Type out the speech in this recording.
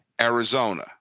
Arizona